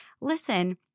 listen